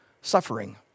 suffering